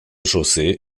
chaussée